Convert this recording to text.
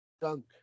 Dunk